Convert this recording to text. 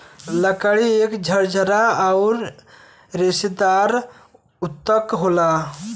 लकड़ी एक झरझरा आउर रेसेदार ऊतक होला